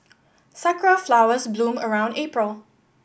sakura flowers bloom around April